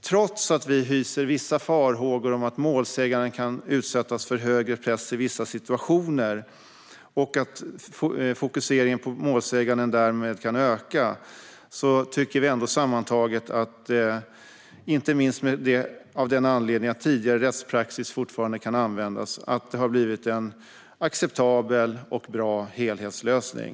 Trots att vi hyser vissa farhågor om att målsäganden kan utsättas för högre press i vissa situationer och att fokuseringen på målsäganden därmed kan öka tycker vi sammantaget - inte minst med anledning av att tidigare rättspraxis fortfarande kan användas - att det har blivit en acceptabel och bra helhetslösning.